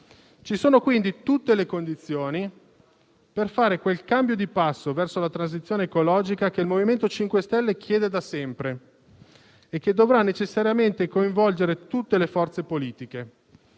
Ci sono quindi tutte le condizioni per fare quel cambio di passo verso la transizione ecologica che il MoVimento 5 Stelle chiede da sempre e che dovrà necessariamente coinvolgere tutte le forze politiche.